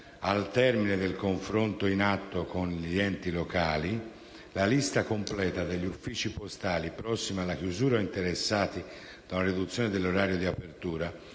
al termine del confronto in atto con gli enti locali, la lista completa degli uffici postali prossimi alla chiusura o interessati da una riduzione dell'orario di apertura,